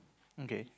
okay